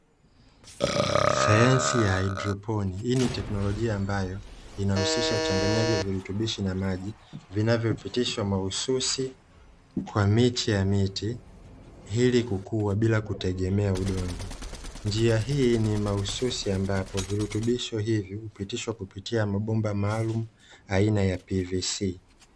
Sayansi ya haidroponi, hii ni teknolojia ambayo, inahusisha uchanganyaji wa virutubisho na maji vinavyopitisha mahususi kwa miche ya miti, ili kukuwa bila kutegemea udongo. Njia hii ni maususi ambapo virutubisho hivi hupitishwa kupitia mabomba maalumu aina ya " PVC ".